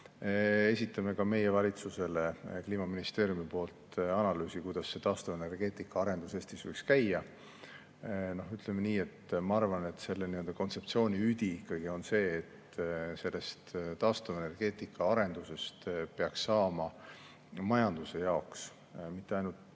esitame meie valitsusele Kliimaministeeriumi analüüsi, kuidas taastuvenergeetika arendus Eestis võiks käia. Ma arvan, et selle kontseptsiooni üdi on ikkagi see, et sellest taastuvenergeetika arendusest peaks saama majanduse jaoks, mitte ainult